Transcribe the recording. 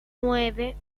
nueve